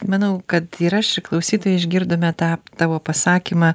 manau kad ir aš ir klausytojai išgirdome tą tavo pasakymą